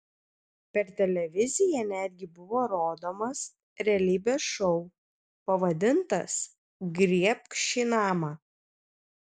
per televiziją netgi buvo rodomas realybės šou pavadintas griebk šį namą